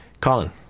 Colin